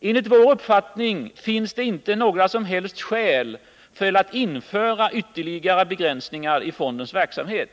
Enligt vår uppfattning finns det inte några som helst skäl för att införa ytterligare begränsningar i fondens verksamhet.